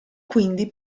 quindi